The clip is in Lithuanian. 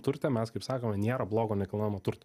turtą mes kaip sakoma nėra blogo nekilnojamo turto